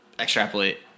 Extrapolate